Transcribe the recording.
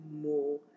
more